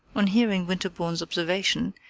on hearing winterbourne's observation,